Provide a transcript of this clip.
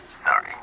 Sorry